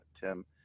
Tim